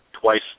twice